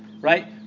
right